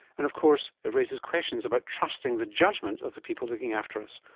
and of course it raises questions about trusting the judgement of the people looking after us.